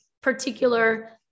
particular